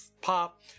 pop